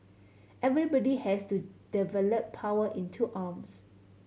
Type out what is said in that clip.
everybody has to develop power in two arms